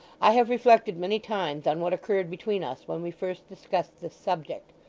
i have reflected many times on what occurred between us when we first discussed this subject.